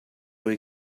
were